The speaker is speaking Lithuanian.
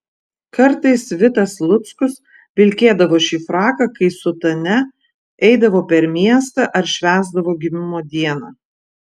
kartais vitas luckus vilkėdavo šį fraką kai su tania eidavo per miestą ar švęsdavo gimimo dieną